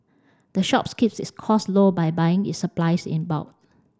the shops keeps its costs low by buying its supplies in bulk